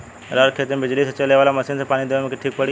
रहर के खेती मे बिजली से चले वाला मसीन से पानी देवे मे ठीक पड़ी?